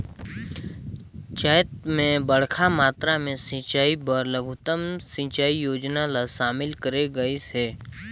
चैत मे बड़खा मातरा मे सिंचई बर लघुतम सिंचई योजना ल शामिल करे गइस हे